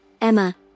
Emma